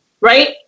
right